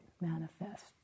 manifest